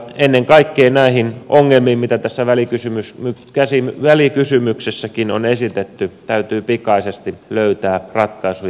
ennen kaikkea näihin ongelmiin mitä tässä välikysymyksessäkin on esitetty täytyy pikaisesti löytää ratkaisuja